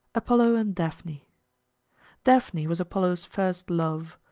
apollo and daphne daphne was apollo's first love.